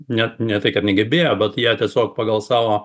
net ne tai kad negebėjo bet jie tiesiog pagal savo